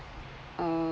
err